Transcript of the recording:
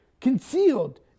concealed